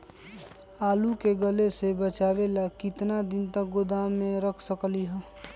आलू के गले से बचाबे ला कितना दिन तक गोदाम में रख सकली ह?